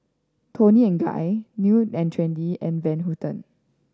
Toni and Guy New and Trendy and Van Houten